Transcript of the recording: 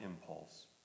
impulse